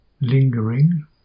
lingering